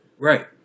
right